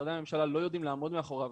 שמשרדי הממשלה לא יודעים לעמוד מאחוריו,